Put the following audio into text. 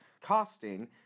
Costing